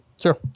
sure